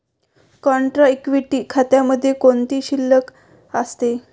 Contra equity खात्यामध्ये कोणती शिल्लक असते?